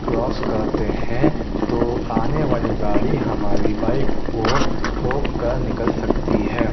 cross کرتے ہیں تو آنے والی گاڑی ہماری بائک کو ٹھوک کر نکل سکتی ہے